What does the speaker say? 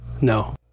no